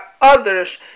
others